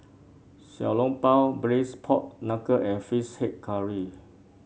Xiao Long Bao Braised Pork Knuckle and fish head curry